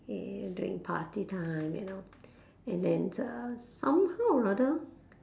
eh during party time you know and then uh somehow or rather